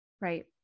Right